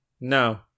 No